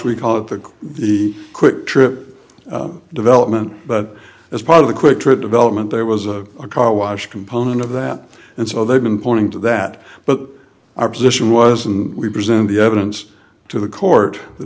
we call it the the quick trip development but as part of a quick trip development there was a car wash component of that and so they've been pointing to that but our position was and we presented the evidence to the court the